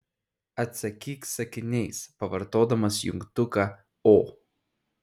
atsakyk sakiniais pavartodamas jungtuką o